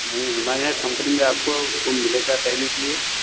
नहीं हमारे यहाँ कम्पनी में आपको उन मिलेगा पहनने के लिए